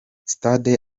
stade